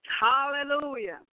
Hallelujah